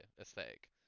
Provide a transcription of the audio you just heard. aesthetic